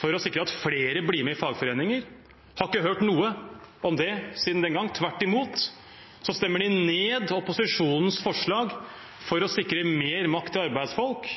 for å sikre at flere blir med i fagforeninger. Vi har ikke hørt noe om det siden den gang. Tvert imot stemmer de ned opposisjonens forslag for å sikre mer makt til arbeidsfolk.